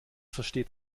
versteht